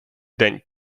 день